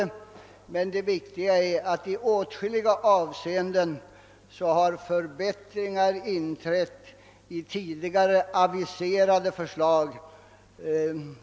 Det viktiga är emellertid att, såvitt vi kan bedöma det, förbättringar i åtskilliga avseenden har genomförts i tidigare aviserade förslag.